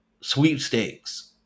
sweepstakes